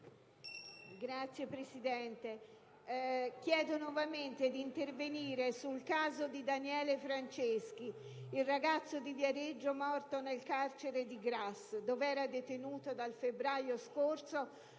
Signora Presidente, chiedo nuovamente di intervenire sul caso di Daniele Franceschi, il ragazzo di Viareggio morto nel carcere di Grasse, dove era detenuto dal febbraio scorso